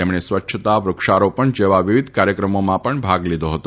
તેમણે સ્વચ્છતા વૃક્ષારોપણ જેવા વિવિધ કાર્યક્રમોમાં ભાગ લીધો હતો